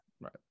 Right